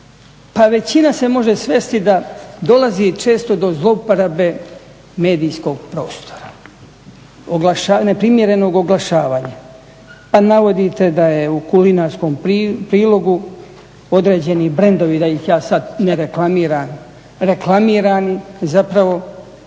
većina se može svesti da dolazi često do zlouporabe medijskog prostora, neprimjerenog oglašavanja. Pa navodite da je u kulinarskom prilogu određeni brendovi da ih ja sada ne reklamiran i da nigdje jasno